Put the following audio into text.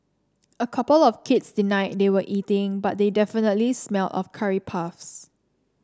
a couple of kids denied they were eating but they definitely smell of curry puffs